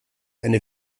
eine